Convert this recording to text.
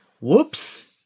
Whoops